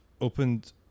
opened